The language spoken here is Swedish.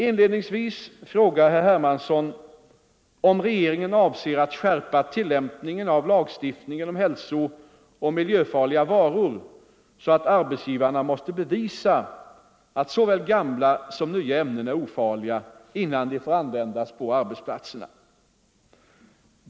Inledningsvis frågar herr Hermansson om regeringen avser att skärpa tillämpningen av lagstiftningen om hälsooch miljöfarliga varor så att arbetsgivarna måste bevisa att såväl gamla som nya ämnen är ofarliga innan de får användas på arbetsplatserna.